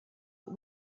but